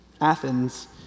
Athens